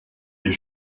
ihr